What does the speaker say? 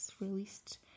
released